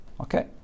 Okay